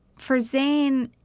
for zane,